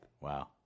Wow